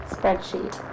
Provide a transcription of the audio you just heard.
Spreadsheet